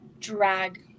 drag